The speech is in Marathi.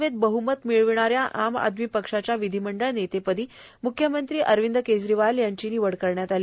नवी दिल्लीत बहुमत मिळविणाऱ्या आम आदमी पक्षाच्या विधीमंडळ नेतेपदी माजी मुख्यमंत्री अरविंद केजरीवाल यांची निवड करण्यात आली